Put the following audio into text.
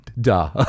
Duh